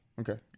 Okay